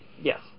Yes